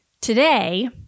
Today